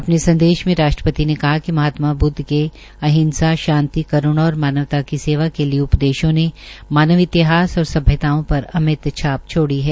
अपने संदेश में राष्ट्रपति ने कहा कि महात्मा ब्ददव के अहिंसा शांति करूणा और मानवता की सेवा के लिये उपदेशों ने मानव इतिहास और सभ्यताओं पर अमित छाप छोड़ी है